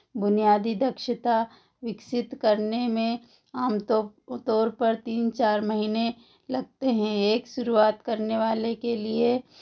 बुनियादी दक्षता विकसित करने में आम तौर पर तीन चार महीने लगते हैं एक शुरुआत करने वालों के लिए